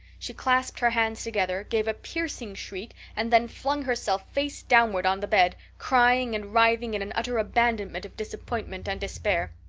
she clasped her hands together, gave a piercing shriek, and then flung herself face downward on the bed, crying and writhing in an utter abandonment of disappointment and despair.